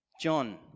John